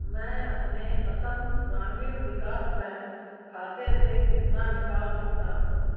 मैं अपने असम ग्रामीण विकास बैंक खाते से कितना निकाल सकता हूँ